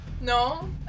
No